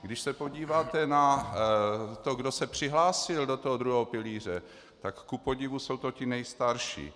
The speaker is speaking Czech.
Když se podíváte na to, kdo se přihlásil do druhého pilíře, tak kupodivu jsou to ti nejstarší.